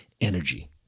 energy